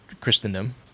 Christendom